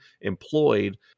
employed